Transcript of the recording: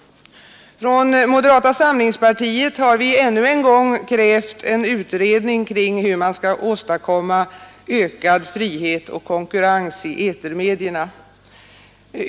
Från moderata samlingspartiet har vi ännu en gång krävt en utredning kring hur man skall åstadkomma ökad frihet och konkurrens i etermedia.